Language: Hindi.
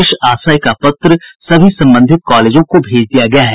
इस आशय का पत्र सभी संबंधित कॉलेजों को भेज दिया गया है